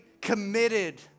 committed